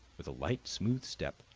with a light, smooth step,